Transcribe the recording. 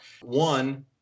One